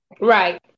right